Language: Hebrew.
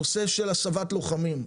הנושא של הסבת לוחמים.